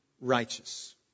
righteous